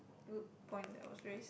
good point that was raised